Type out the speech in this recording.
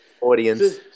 audience